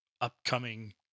upcoming